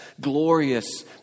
glorious